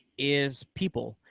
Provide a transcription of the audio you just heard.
is people,